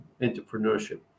entrepreneurship